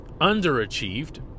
underachieved